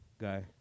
guy